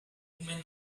woman